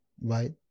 Right